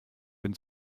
bin